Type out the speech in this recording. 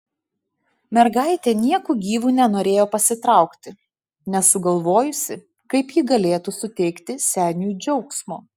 mergaitė nieku gyvu nenorėjo pasitraukti nesugalvojusi kaip ji galėtų suteikti seniui džiaugsmo